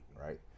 right